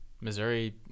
Missouri